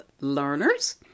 learners